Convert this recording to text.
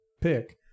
pick